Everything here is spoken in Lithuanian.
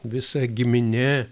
visa giminė